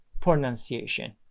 pronunciation